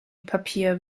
papier